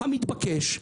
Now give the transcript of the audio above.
המתבקש,